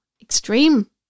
extreme